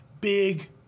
big